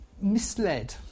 misled